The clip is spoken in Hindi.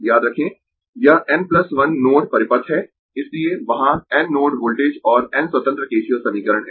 याद रखें यह N 1 नोड परिपथ है इसलिए वहां N नोड वोल्टेज और N स्वतंत्र KCL समीकरण है